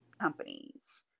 companies